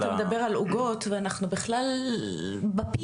אתה מדבר על עוגות ואנחנו בכלל בפיתה,